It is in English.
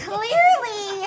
Clearly